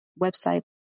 website